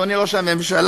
אדוני ראש הממשלה,